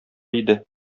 иде